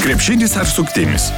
krepšinis ar suktinis